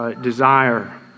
desire